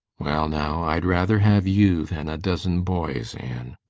well now, i'd rather have you than a dozen boys, anne,